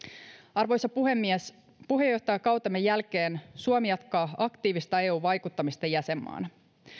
arvoisa puhemies puheenjohtajakautemme jälkeen suomi jatkaa aktiivista eu vaikuttamista jäsenmaana